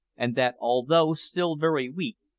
and that, although still very weak,